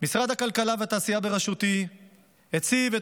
משרד הכלכלה והתעשייה בראשותי הציב את